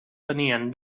tenien